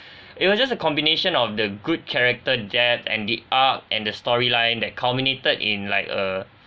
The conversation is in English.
it was just a combination of the good character jabs and the arc and the storyline that culminated in like a